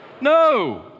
No